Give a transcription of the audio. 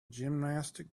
gymnastic